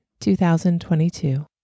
2022